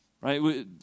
Right